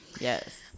Yes